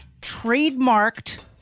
trademarked